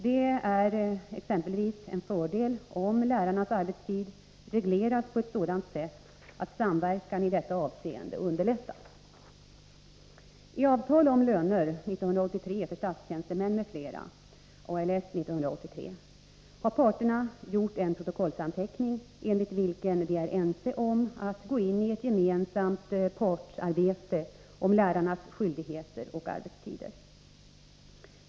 Det är exempelvis en fördel om lärarnas arbetstid regleras på ett sådant sätt att samverkan i detta avseende underlättas. I avtal om löner 1983 för statstjänstemän m.fl. har parterna gjort en protokollsanteckning enligt vilken de är ense om att gå in i ett gemensamt partsarbete om lärarnas skyldigheter och arbetstider.